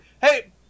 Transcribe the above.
Hey